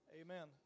Amen